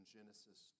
Genesis